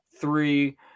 three